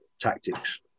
tactics